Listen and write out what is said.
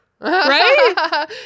right